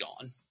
gone